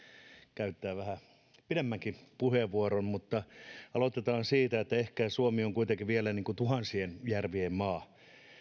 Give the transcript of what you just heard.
käyttämään vähän pidemmänkin puheenvuoron aloitetaan siitä että ehkä suomi on kuitenkin vielä tuhansien järvien maa